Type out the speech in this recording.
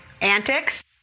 antics